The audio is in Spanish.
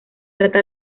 trata